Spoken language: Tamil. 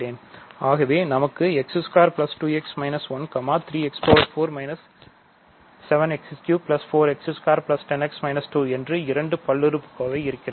ஆகவே நமக்கு x22x 1 3x4 7x34x210x 2 என்று இரண்டு பல்லுறுப்புக்கோவை இருக்கிறது